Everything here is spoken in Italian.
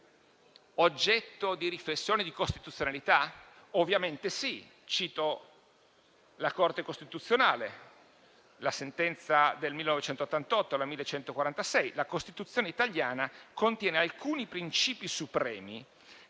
oggetto di riflessione di costituzionalità? Ovviamente sì e cito la Corte costituzionale e la sentenza n. 1146 del 1988: «La Costituzione italiana contiene alcuni princìpi supremi